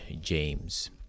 James